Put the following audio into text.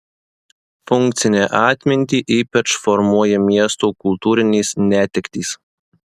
funkcinę atmintį ypač formuoja miesto kultūrinės netektys